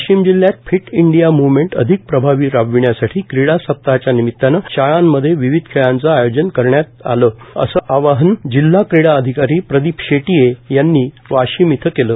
वाशिम जिल्हयात fit India movement अधिक प्रभावी राबविण्यासाठी क्रीडा सप्ताहाच्या निमीतानं शाळांमध्ये विविध खेळांचं आयोजन करण्यात यावं असं आवाहन जिल्हा क्रीडा अधिकारी प्रदिप शेटिये यांनी वाशीम इथं केलं